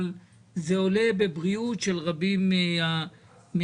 אבל זה עולה בבריאות של רבים מהתושבים.